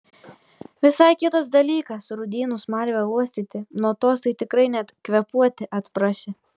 visai kitas dalykas rūdynų smarvę uostyti nuo tos tai tikrai net kvėpuoti atprasi